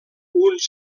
uns